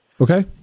Okay